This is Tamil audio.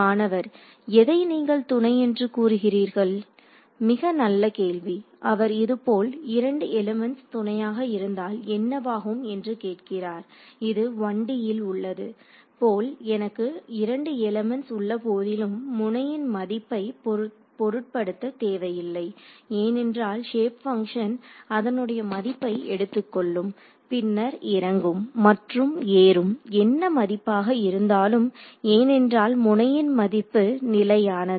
மாணவர் எதை நீங்கள் துணை என்று கூறுகிறீர்கள் மிக நல்ல கேள்வி அவர் இதுபோல் 2 எலிமெண்ட்ஸ் துணையாக இருந்தால் என்னவாகும் என்று கேட்கிறார் இது 1D ல் உள்ளது போல் எனக்கு 2 எலிமெண்ட்ஸ் உள்ள போதிலும் முனையின் மதிப்பை பொருட்படுத்த தேவையில்லை ஏனென்றால் ஷேப் பங்ஷன் அதனுடைய மதிப்பை எடுத்துக்கொள்ளும் பின்னர் இறங்கும் மற்றும் ஏறும் என்ன மதிப்பாக இருந்தாலும் ஏனென்றால் முனையின் மதிப்பு நிலையானது